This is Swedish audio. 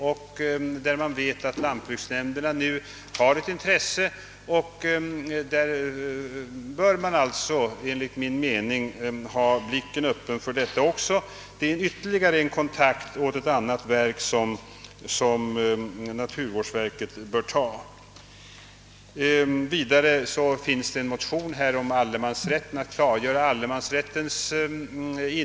Vi vet att lantbruksnämnderna har intresse för detta. Man bör alltså enligt min mening ha blicken öppen för detta. Det är ytterligare en kontakt med ett annat verk som naturvårdsverket bör ta. Vidare föreligger en motion om att allemansrättens innehåll skall klargöras.